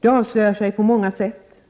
Det avslöjar sig på många sätt: